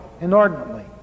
inordinately